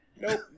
Nope